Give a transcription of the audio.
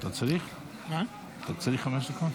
אתה צריך חמש דקות?